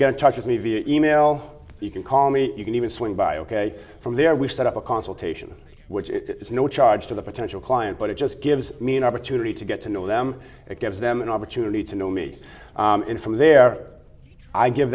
get in touch with me via email you can call me you can even swing by ok from there we set up a consultation which is no charge to the potential client but it just gives me an opportunity to get to know them it gives them an opportunity to know me in from their i give